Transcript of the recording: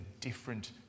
different